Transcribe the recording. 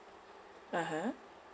(uh huh)